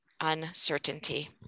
uncertainty